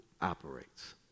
operates